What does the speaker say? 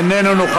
לא,